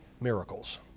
miracles